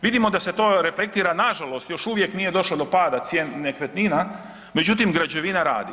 Vidimo da se to reflektira, nažalost još uvijek nije došlo do pada cijena nekretnina, međutim građevina radi.